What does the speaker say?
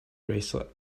bracelet